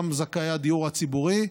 גם זכאי הדיור הציבורי,